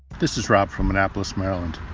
this is rob from annapolis, md.